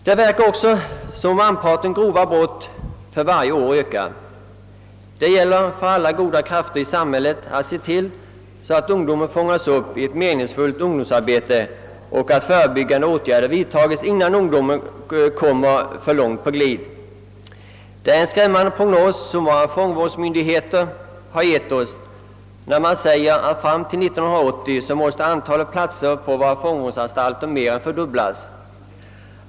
Det verkar som om andelen grora brott ökar för varje år. Det gäller för alla goda krafter i samhället att se till att ungdomen fångas upp i ett meningsfullt ungdomsarbete och att förebyggande åtgärder vidtas innan ungdomen kommit för långt på glid. Fångvårdsmyndigheterna har gett oss en skrämmande prognos, i vilken det sägs att platserna på våra fångvårdsanstalter fram till år 1980 måste mer än fördubblas.